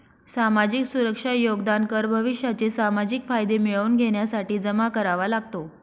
सामाजिक सुरक्षा योगदान कर भविष्याचे सामाजिक फायदे मिळवून घेण्यासाठी जमा करावा लागतो